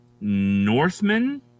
Northmen